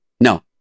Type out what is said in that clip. No